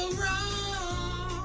wrong